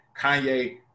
Kanye